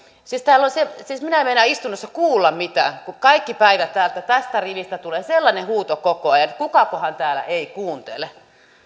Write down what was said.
siis minä en meinaa istunnossa kuulla mitään kun kaikki päivät tästä rivistä tulee sellainen huuto koko ajan kukakohan täällä ei kuuntele